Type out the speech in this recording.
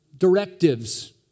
directives